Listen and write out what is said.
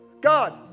God